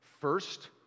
First